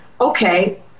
okay